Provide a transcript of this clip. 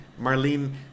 marlene